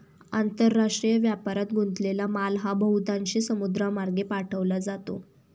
आंतरराष्ट्रीय व्यापारात गुंतलेला माल हा बहुतांशी समुद्रमार्गे पाठवला जातो